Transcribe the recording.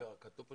כתוב פה